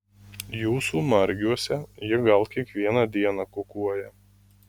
jūsų margiuose ji gal kiekvieną dieną kukuoja